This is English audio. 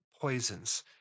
poisons